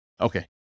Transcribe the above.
Okay